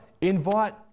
invite